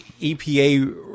EPA